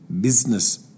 business